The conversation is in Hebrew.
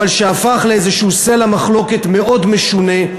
אבל שהפך לאיזשהו סלע מחלוקת מאוד משונה,